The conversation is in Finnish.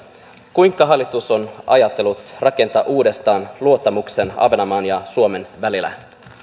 kuinka hallitus on ajatellut rakentaa uudestaan luottamuksen ahvenanmaan ja suomen välillä